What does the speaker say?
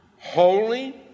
holy